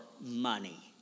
money